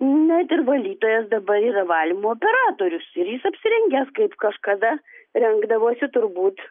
net ir valytojas dabar yra valymo operatorius ir jis apsirengęs kaip kažkada rengdavosi turbūt